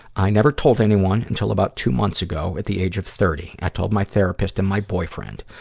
i never told anyone until about two months ago at the age of thirty. i told my therapist and my boyfriend.